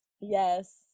Yes